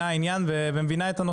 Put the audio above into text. כשאנחנו מדברים על תחום ההייטק,